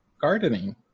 gardening